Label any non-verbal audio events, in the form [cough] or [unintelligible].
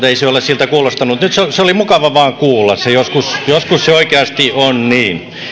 [unintelligible] ei se ole siltä kuulostanut se vaan oli mukava kuulla joskus joskus se oikeasti on niin